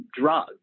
drug